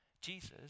Jesus